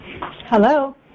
Hello